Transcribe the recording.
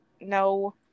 no